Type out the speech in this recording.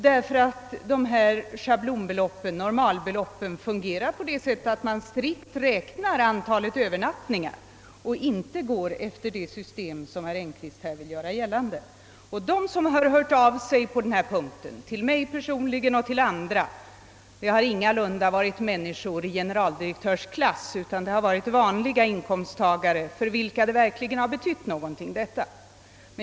Bestämmelserna om normalbeloppen fungerar så att man strikt räknar antalet övernattningar. De som hört av sig på denna punkt till mig personligen och till andra har ingalunda befunnit sig i generaldirektörsklass, utan det har varit vanliga inkomsttagare för vilka denna fråga verkligen har betytt någonting.